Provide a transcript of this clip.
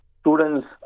students